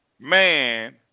man